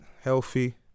Healthy